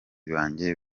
banjye